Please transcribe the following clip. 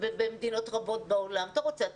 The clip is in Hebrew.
במדינות רבות בעולם אם אתה רוצה אתה